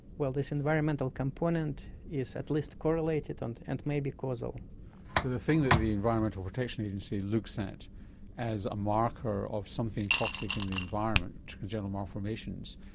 well, this environmental component is at least correlated and and may be causal. so the thing that the environmental protection agency looks at as a marker of something toxic in the environment, congenital malformations,